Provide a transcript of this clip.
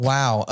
Wow